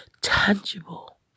tangible